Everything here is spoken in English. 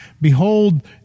Behold